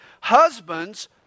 Husbands